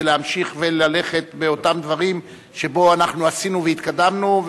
ולהמשיך וללכת באותם דברים שבהם אנחנו עשינו והתקדמנו,